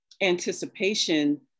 anticipation